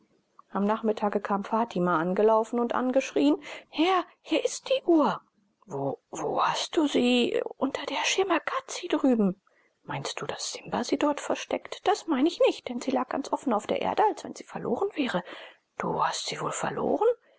am nachmittage kam fatima angelaufen und angeschrien herr hier ist die uhr wo wo hast du sie unter der schirmakazie drüben meinst du daß simba sie dort versteckt das meine ich nicht denn sie lag ganz offen auf der erde als wenn sie verloren wäre du hast sie wohl verloren